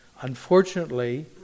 Unfortunately